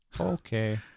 Okay